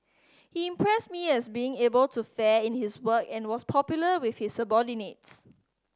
he impressed me as being able to fair in his work and was popular with his subordinates